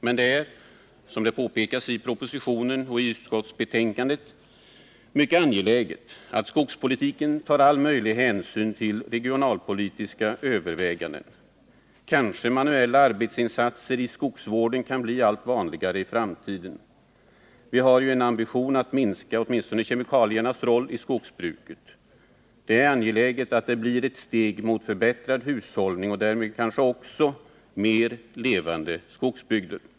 Men det är, som det påpekas i propositionen och utskottsbetänkandet, mycket angeläget att det i skogspolitiken tas all möjlig hänsyn till regionalpolitiska överväganden. Kanske manuella arbetsinsatser inom skogsvården kan bli allt vanligare i framtiden. Vi har ju en ambition att minska åtminstone kemikaliernas roll i skogsbruket. Det är angeläget att det blir ett steg mot en förbättring av hushållningen och därmed kanske också mot mer levande skogsbygder.